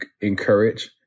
encourage